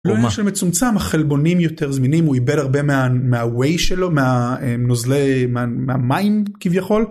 מצומצם החלבונים יותר זמינים הוא איבד הרבה מהם מהווי שלו מהנוזלי... מהמים כביכול.